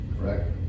correct